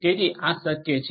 તેથી આ શક્ય છે